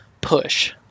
push